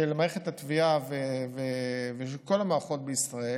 של מערכת התביעה ושל כל המערכות בישראל: